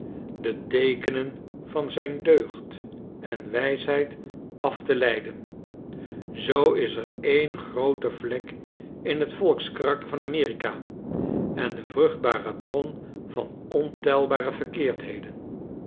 de teekenen van zijn deugd en wijsheid af te leiden zoo is er een groote vlek in t volkskarakter van a m e r i k a en de vruchtbare bron van ontelbare verkeerdheden